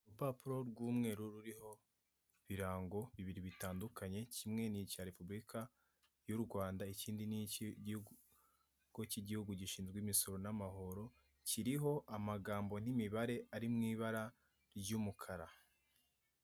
Urupapuro rw'umweru ruriho ibirango bibiri bitandukanye kimwe ni icya repubulika y'u Rwanda, ikindi ni iki kigo cy'igihugu gishinzwe imisoro n'amahoro, kiriho amagambo n'imibare ari mu ibara ry'umukara.